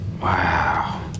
Wow